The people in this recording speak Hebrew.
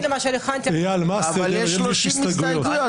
--- אבל יש 30 הסתייגויות,